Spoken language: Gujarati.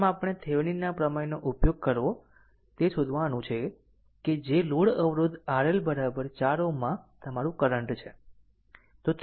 આમ આપણે થેવેનિનના પ્રમેયનો ઉપયોગ કરવો તે શોધવાનું છે કે જે લોડ અવરોધ RL 4 Ω માં તમારું કરંટ છે